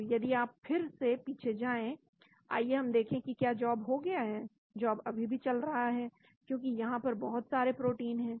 तो यदि आप फिर से पीछे जाएं आइए हम देखें कि क्या जॉब हो गया है जॉब अभी भी चल रहा है क्योंकि यहां पर बहुत सारे प्रोटीन है